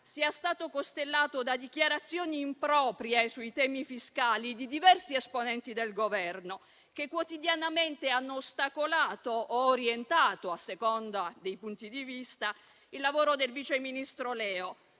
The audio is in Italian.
sia stato costellato da dichiarazioni improprie sui temi fiscali di diversi esponenti del Governo, che quotidianamente hanno ostacolato o orientato, a seconda dei punti di vista, il lavoro del vice ministro Leo,